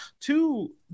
two